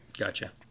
Gotcha